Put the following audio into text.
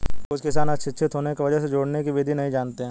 कुछ किसान अशिक्षित होने की वजह से जोड़ने की विधि नहीं जानते हैं